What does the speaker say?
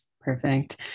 Perfect